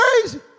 crazy